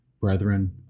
brethren